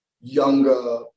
younger